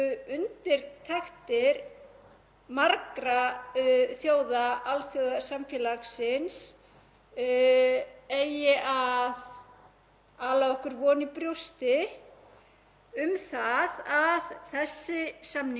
ala okkur von í brjósti um það að þessi samningur komist með tímanum í hóp mikilverðustu afvopnunarsamninga þjóða heimsins